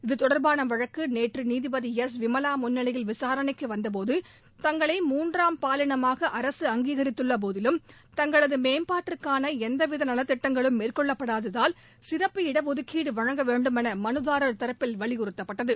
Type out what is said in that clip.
இத்தொடர்பான வழக்கு நேற்று நீதிபதி எஸ் விமலா முன்னிலையில் விசாரணைக்கு வந்தபோது தங்களை மூன்றாம் பாலினமாக அரசு அங்கீகித்துள்ள போதிலும் தங்களது மேம்பாட்டிற்கான எந்தவித நலத்திட்டங்களும் மேற்கொள்ளப்படாததால் சிறப்பு இட ஒதுக்கீடு வழங்க வேண்டும் என மலுதாரா் தரப்பில் வலியுறுத்தப்பட்டது